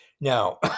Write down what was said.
Now